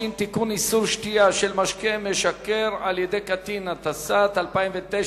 ציבורית), התשס"ט 2009,